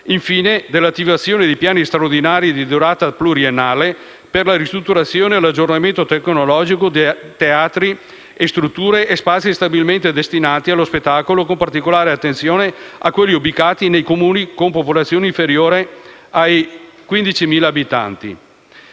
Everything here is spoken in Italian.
Infine, dell'attivazione di piani straordinari, di durata pluriennale, per la ristrutturazione, e l'aggiornamento tecnologico di teatri o strutture e spazi stabilmente destinati allo spettacolo con particolare attenzione a quelli ubicati nei Comuni con popolazione inferiore a 15.000 abitanti.